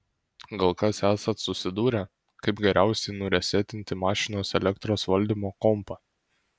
gal kas esat susidūrę kaip geriausiai nuresetinti mašinos elektros valdymo kompą